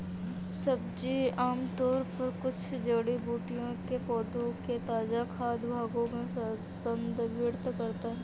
सब्जी आमतौर पर कुछ जड़ी बूटियों के पौधों के ताजा खाद्य भागों को संदर्भित करता है